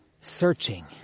searching